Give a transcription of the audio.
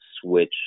switch